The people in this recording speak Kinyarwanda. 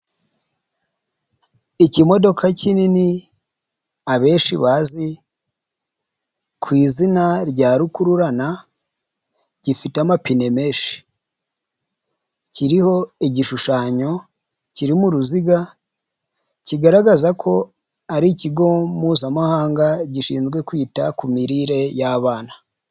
Ikimodoka kinini abenshi bazi ku izina rya rukururana gifite amapine menshi; kiriho igishushanyo kiri mu ruziga; kigaragaza ko ari ikigo mpuzamahanga gishinzwe kwita ku mirire y'abana.